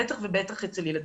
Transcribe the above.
בטח ובטח אצל ילדים.